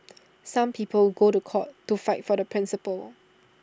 some people go to court to fight for their principles